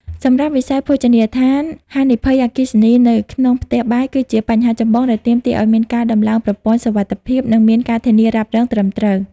សម្រាប់វិស័យភោជនីយដ្ឋាន ហានិភ័យអគ្គិភ័យ នៅក្នុងផ្ទះបាយគឺជាបញ្ហាចម្បងដែលទាមទារឱ្យមានការដំឡើងប្រព័ន្ធសុវត្ថិភាព និងមាន ការធានារ៉ាប់រង ត្រឹមត្រូវ។